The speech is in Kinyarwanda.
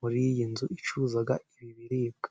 muri iyi nzu icuruza ibi biribwa.